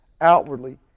outwardly